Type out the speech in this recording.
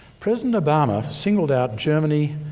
president obama singled out germany,